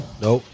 Nope